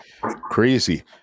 Crazy